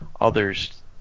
Others